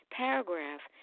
paragraph